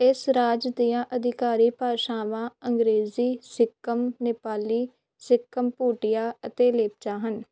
ਇਸ ਰਾਜ ਦੀਆਂ ਅਧਿਕਾਰੀ ਭਾਸ਼ਾਵਾਂ ਅੰਗਰੇਜ਼ੀ ਸਿੱਕਮ ਨੇਪਾਲੀ ਸਿੱਕਮ ਭੂਟੀਆ ਅਤੇ ਲੇਪਚਾ ਹਨ